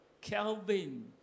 Kelvin